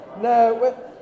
no